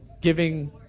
giving